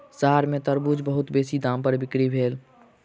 शहर में तरबूज बहुत बेसी दाम पर बिक्री भेल